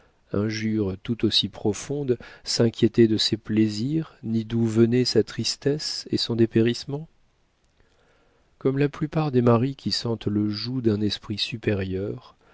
injure tout aussi profonde s'inquiéter de ses plaisirs ni d'où venaient sa tristesse et son dépérissement comme la plupart des maris qui sentent le joug d'un esprit supérieur